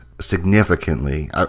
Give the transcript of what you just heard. significantly